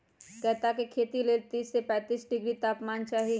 कैता के खेती लेल तीस से पैतिस डिग्री तापमान चाहि